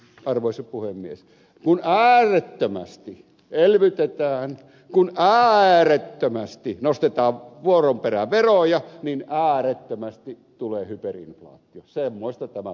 siis arvoisa puhemies kun äärettömästi elvytetään kun äärettömästi nostetaan vuoronperään veroja niin äärettömästi tulee hyperinflaatio